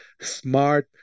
smart